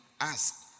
ask